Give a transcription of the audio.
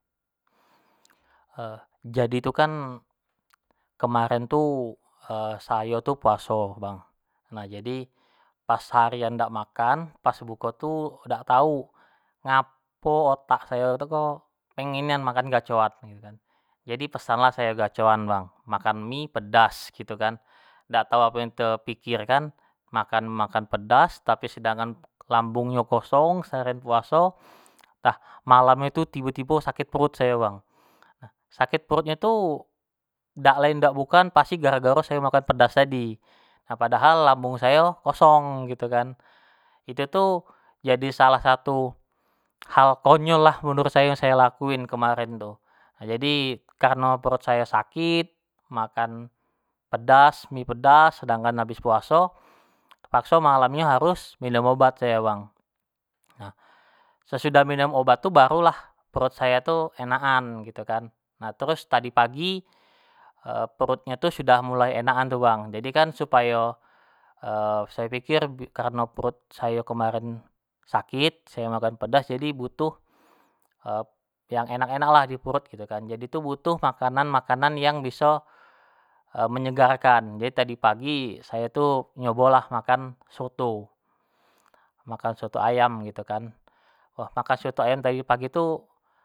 jadi tu kan kemaren tu sayo tu puaso bang, nah jadi pas seharian dak makan, pas buko tu dak tau ngapo otak sayo ko pengin nian makan gacoan gitu kan, jadi pesan lah sayo gacoan bang, makan mie pedas gitu kan, dak tau apo yang tepikir kan makan-makan pedas tapi sedangkan lambung nyo kosong sehariannyo puaso entah malam nyo tu tibo-tibo sakit perut sayo bang, nah sakit perut nyo tu dak lain dak bukan pasti garo-garo sayo makan pedas tadi padahal lambung sayo kosong gitu kan, itu tu jadi salah satu hal konyol lah menurut sayo, yang sayo lakuin kemaren tu, jadi kareno perut sayo sakit, makan pedas, mie pedas, sedangkan habis puaso, tepakso malam nyo harus minum obat sayo bang, nah, sesudah minum obat tu barulah perut sayo tu enak an gitu kan, nah terus tadi pagi perutnyo tu sudah mulai enak an tu bang, jadikan supayo sayo piker kareno perut sayo kemaren sakit sayo makan pedas jadi butuh yang enak-enak lah di perut gitu kan, jadi tu butuh makanan-makanan yang biso menyegarkan, jadi tadi pagi sayo tu cubolah makan soto, makan soto ayam gitu kan, wah makan soto ayam tadi pagi tu.